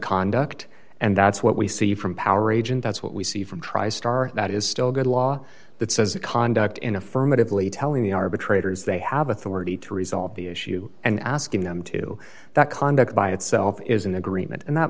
conduct and that's what we see from power agent that's what we see tristar that is still good law that says that conduct in affirmatively telling the arbitrators they have authority to resolve the issue and asking them to that conduct by itself is an agreement and that